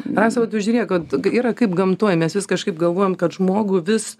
rasa o tu žiūrėk kad yra kaip gamtoj mes vis kažkaip galvojam kad žmogų vis